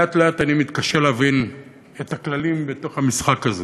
לאט-לאט אני מתקשה להבין את הכללים בתוך המשחק הזה,